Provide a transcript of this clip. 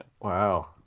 wow